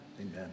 amen